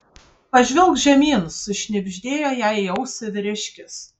pažvelk žemyn sušnibždėjo jai į ausį vyriškis